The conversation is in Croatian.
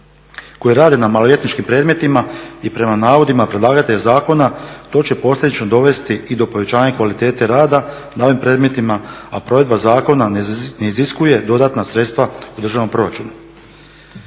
koji rade na maloljetničkim predmetima i prema navodima predlagatelja zakona to će posljedično dovesti i do povećanja kvalitete rada na ovim predmetima, a provedba zakona ne iziskuje dodatna sredstva u državnom proračunu.